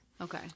Okay